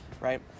right